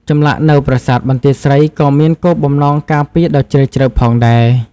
ចម្លាក់នៅប្រាសាទបន្ទាយស្រីក៏មានគោលបំណងការពារដ៏ជ្រាលជ្រៅផងដែរ។